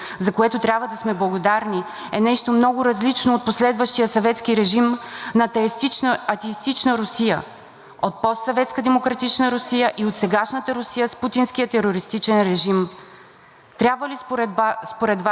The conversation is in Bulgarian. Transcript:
от постсъветска демократична Русия и от сегашната Русия с путинския терористичен режим. Трябва ли според Вас благодарността за тогавашната помощ да ни задължава да подкрепяме престъплението срещу човечеството, което извършва Русия днес?